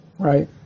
Right